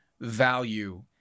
value